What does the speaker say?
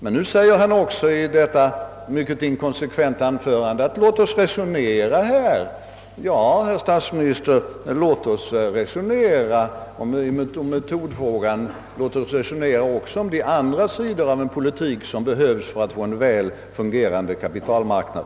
Men nu säger han också: Låt oss resonera! Ja, herr statsminister, låt oss resonera om metodfrågan, och låt oss 1 så fall i riksdagen behandla också de andra sidorna av en politik som behövs för att få en väl fungerande kapitalmarknad.